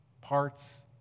parts